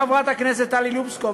חברת הכנסת טלי פלוסקוב,